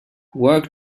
work